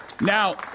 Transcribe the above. Now